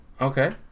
okay